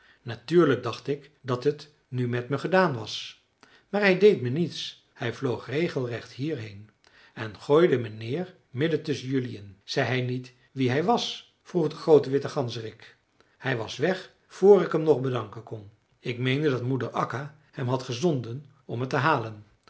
natuurlijk dacht ik dat het nu met me gedaan was maar hij deed me niets hij vloog regelrecht hierheen en gooide me neer midden tusschen jelui in zei hij niet wie hij was vroeg de groote witte ganzerik hij was weg voor ik hem nog bedanken kon ik meende dat moeder akka hem had gezonden om me te halen